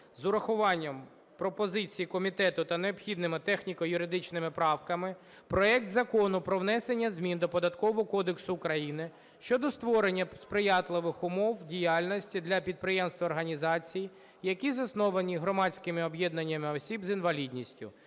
з урахуванням пропозицій комітету та необхідними техніко-юридичними правками проект Закону про внесення змін до Податкового кодексу України щодо створення сприятливих умов діяльності для підприємств та організацій, які засновані громадськими об'єднаннями осіб з інвалідністю